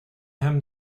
hem